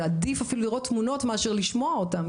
עדיף אפילו לראות תמונות מאשר לשמוע אותן,